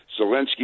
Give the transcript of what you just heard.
Zelensky